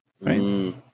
right